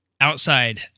outside